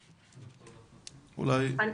בבקשה.